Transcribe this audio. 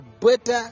better